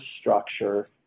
structure